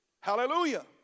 Hallelujah